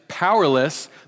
Powerless